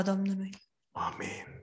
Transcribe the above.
Amen